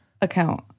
account